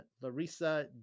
Larissa